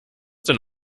dann